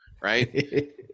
right